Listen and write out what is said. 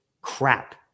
crap